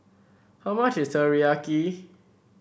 how much is Teriyaki